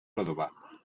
redovà